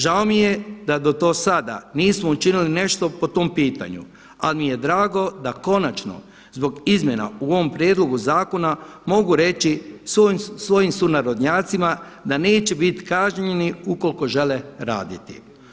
Žao mi je da do sada nismo učinili nešto po tom pitanju, ali mi je drago da konačno zbog izmjena u ovom prijedlogu zakona mogu reći svojim sunarodnjacima da neće biti kažnjeni ukoliko žele raditi.